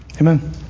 Amen